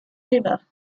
river